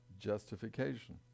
justification